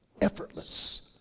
effortless